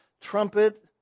trumpet